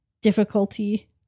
difficulty